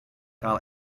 gael